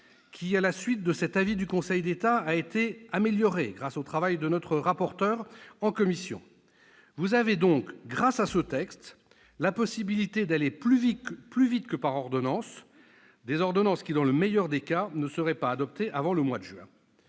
qui, à la suite de cet avis du Conseil d'État, a été améliorée grâce au travail de notre rapporteur en commission. Vous avez donc, grâce à ce texte, la possibilité d'aller plus vite que par ordonnances, lesquelles, dans le meilleur des cas, ne seraient pas adoptées avant le mois de juin.